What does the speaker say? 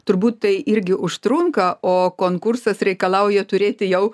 turbūt tai irgi užtrunka o konkursas reikalauja turėti jau